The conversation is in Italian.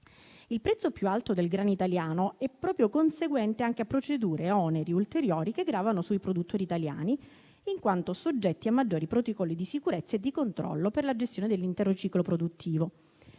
Il prezzo più alto del grano italiano è proprio conseguente a procedure e oneri ulteriori che gravano sui produttori italiani, in quanto soggetti a maggiori protocolli di sicurezza e di controllo per la gestione dell'intero ciclo produttivo.